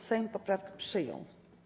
Sejm poprawki przyjął.